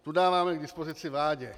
Tu dáváme k dispozici vládě.